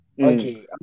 okay